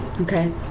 Okay